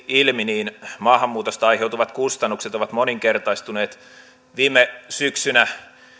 ilmi maahanmuutosta aiheutuvat kustannukset ovat moninkertaistuneet viime syksynä